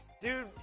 dude